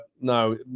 no